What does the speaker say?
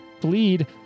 bleed